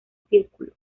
círculo